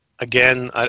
again